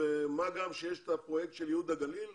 מה גם שיש את הפרויקט של ייהוד הגליל,